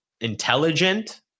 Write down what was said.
intelligent